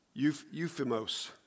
euphemos